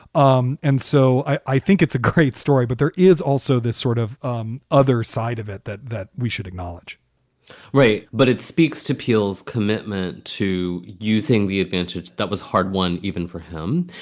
um and so i think it's a great story. but there is also this sort of um other side of it that that we should acknowledge right. but it speaks to people's commitment to using the advantage that was hard won even for him.